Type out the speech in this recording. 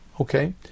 Okay